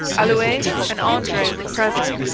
allouez, and andre were present.